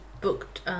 booked